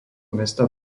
mesta